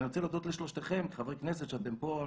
אני רוצה להודות לשלושתכם, חברי כנסת שאתם פה.